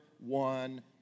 one